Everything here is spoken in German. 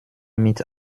mit